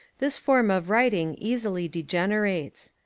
this form of writing easily degenerates.